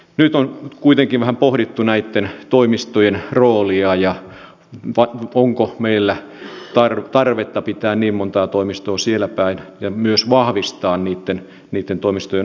nyt on kuitenkin vähän pohdittu näitten toimistojen roolia ja sitä onko meillä tarvetta pitää niin montaa toimistoa siellä päin ja myös vahvistaa niitten toimistojen olemassaoloa